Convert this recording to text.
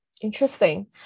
Interesting